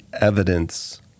evidence